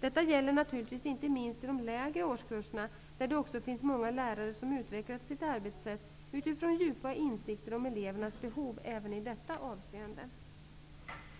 Detta gäller naturligtvis inte minst i de lägre årskurserna, där det också finns många lärare som utvecklat sitt arbetssätt utifrån djupa insikter om elevernas behov även i detta avseende.